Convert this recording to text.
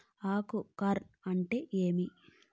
ఆకు కార్ల్ అంటే ఏమి?